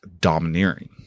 domineering